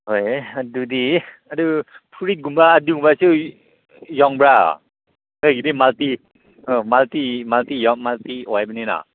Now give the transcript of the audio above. ꯍꯣꯏ ꯑꯗꯨꯗꯤ ꯑꯗꯨ ꯐꯨꯔꯤꯠꯀꯨꯝꯕ ꯑꯗꯨꯒꯨꯝꯕꯁꯨ ꯌꯣꯟꯕ꯭ꯔ ꯅꯣꯏꯒꯤꯗꯤ ꯃꯥꯜꯇꯤ ꯌꯥꯝ ꯃꯥꯜꯇꯤ ꯑꯣꯏꯕꯅꯤꯅ